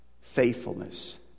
faithfulness